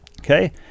Okay